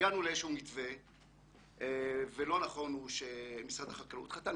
והגענו לאיזשהו מתווה ולא נכון הוא שמשרד החקלאות חתם.